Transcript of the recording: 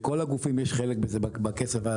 לכל הגופים יש חלק בזה, בכסף.